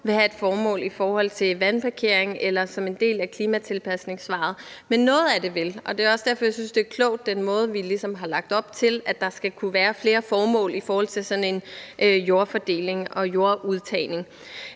vil være et formål i forhold til vandparkering, eller hvor det vil være en del af klimatilpasningssvaret. Men noget af det vil, og det er også derfor, jeg synes, det er klogt, at vi ligesom har lagt op til, at der skal kunne være flere formål i forhold til sådan en jordfordeling og jordudtagning.